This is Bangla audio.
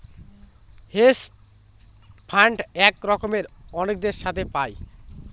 হেজ ফান্ড এক রকমের অনেকের সাথে পায়